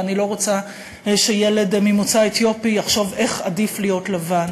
ואני לא רוצה שילד ממוצא אתיופי יחשוב שעדיף להיות לבן.